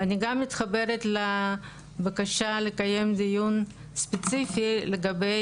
ואני גם מתחברת לבקשה לקיים דיון ספציפי לגבי